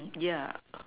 yeah